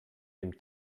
dem